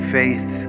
faith